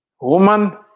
Woman